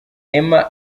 emma